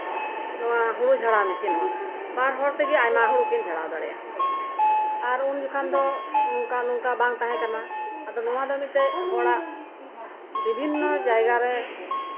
ᱦᱩᱲᱩ ᱡᱷᱟᱲᱟᱣ ᱢᱮᱥᱤᱱ ᱦᱚᱸ ᱵᱟᱨ ᱦᱚᱲ ᱛᱮᱜᱮ ᱟᱭᱢᱟ ᱦᱩᱲᱩ ᱠᱤᱱ ᱡᱷᱟᱲᱟᱣ ᱫᱟ ᱲᱮᱭᱟᱜᱼᱟ ᱟᱨ ᱩᱱ ᱡᱚᱠᱷᱚᱱ ᱫᱚ ᱚᱱᱠᱟᱱ ᱱᱚᱝᱠᱟ ᱵᱟᱝ ᱛᱟᱸᱦᱮ ᱠᱟᱱᱟ ᱟᱫᱚ ᱱᱚᱣᱟ ᱫᱚ ᱢᱤᱫᱴᱮᱡ ᱦᱚᱲᱟᱜ ᱵᱤᱵᱷᱤᱱᱱᱚ ᱡᱟᱭᱜᱟᱨᱮ